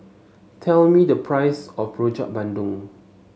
tell me the price of Rojak Bandung